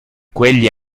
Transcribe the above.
quegli